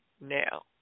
now